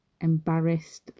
embarrassed